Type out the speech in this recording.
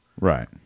Right